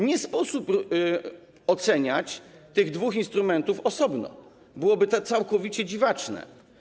Nie sposób oceniać tych dwóch instrumentów osobno, byłoby to całkowicie dziwaczne.